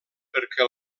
perquè